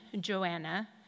Joanna